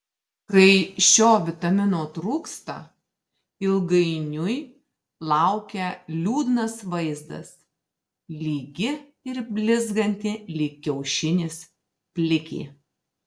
kai šio vitamino trūksta ilgainiui laukia liūdnas vaizdas lygi ir blizganti lyg kiaušinis plikė